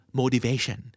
motivation